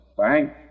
Thank